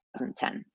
2010